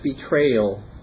betrayal